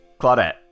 claudette